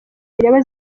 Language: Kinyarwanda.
bireba